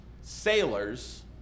sailors